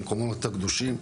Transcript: המקומות הקדושים,